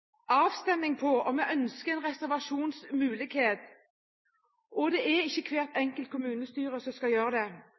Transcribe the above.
om hvorvidt vi ønsker en reservasjonsmulighet, og det er ikke hvert enkelt kommunestyre som skal gjøre det.